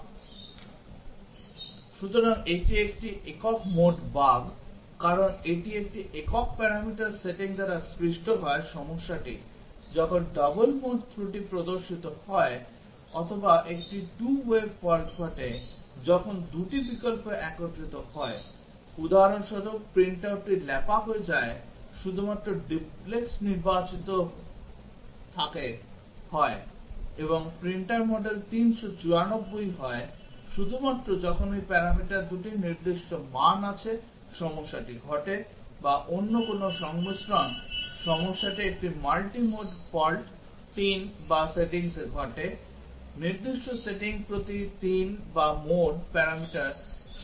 সুতরাং এটি একটি একক মোড বাগ কারণ এটি একটি একক প্যারামিটার সেটিং দ্বারা সৃষ্ট হয় সমস্যাটি একটি ডবল মোড ত্রুটি প্রদর্শিত হয় অথবা একটি 2 way ফল্ট ঘটে যখন দুটি বিকল্প একত্রিত হয় উদাহরণস্বরূপ প্রিন্ট আউটটি লেপা হয়ে যায় শুধুমাত্র যখন ডুপ্লেক্স নির্বাচিত থাকে হয় এবং প্রিন্টার মডেল 394 হয় শুধুমাত্র যখন এই প্যারামিটার 2 টির নির্দিষ্ট মান আছে সমস্যাটি ঘটে বা অন্য কোন সংমিশ্রণ সমস্যাটি একটি মাল্টি মোড ফল্ট 3 বা সেটিংসে ঘটে নির্দিষ্ট সেটিং প্রতি 3 বা মোড প্যারামিটার সমস্যা সৃষ্টি করেছে